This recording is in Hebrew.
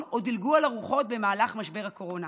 או דילגו על ארוחות במהלך משבר הקורונה.